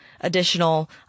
additional